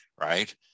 right